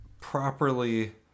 properly